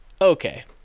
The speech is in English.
okay